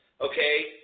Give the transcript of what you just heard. Okay